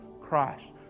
Christ